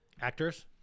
actors